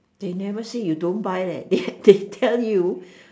they never say you don't buy leh they they tell you